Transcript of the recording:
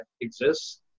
exists